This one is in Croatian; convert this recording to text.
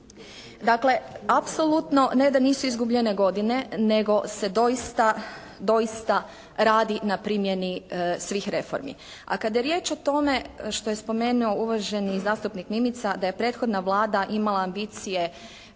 Dakle apsolutno ne da nisu izgubljene godine nego se doista, doista radi na primjeni svih reformi. A kad je riječ o tome što je spomenuo uvaženi zastupnik Mimica da je prethodna Vlada imala ambicije